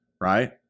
right